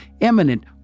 eminent